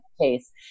case